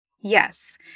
Yes